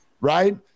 right